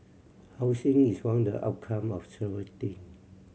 housing is one the outcome of several thing